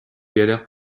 galères